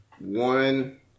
one